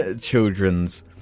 children's